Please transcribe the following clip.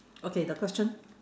okay the question